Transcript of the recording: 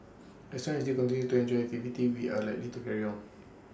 as long as they continue to enjoy the activity we are likely to carry on